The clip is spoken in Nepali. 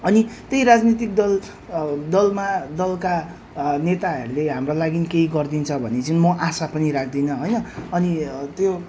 अनि त्यही राजनीतिक दल दलमा दलका नेताहरूले हाम्रा लागि केही गरिदिन्छ भने चाहिँ म आशा पनि राख्दिनँ होइन अनि त्यो